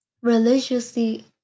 religiously